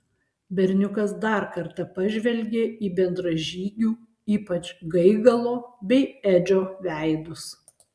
berniukas dar kartą pažvelgė į bendražygių ypač gaigalo bei edžio veidus